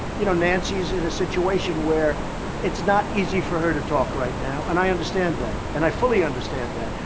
you know, nancy is in a situation where it's not easy for her to talk right now. and i understand that, and i fully understand that.